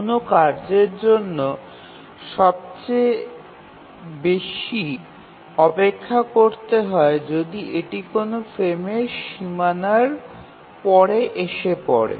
কোনও কার্যের জন্য সবথেকে বেশি অপেক্ষা করতে হয় যদি এটি কোনও ফ্রেমের সীমানার পরে এসে পরে